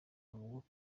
avuga